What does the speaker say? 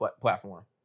platform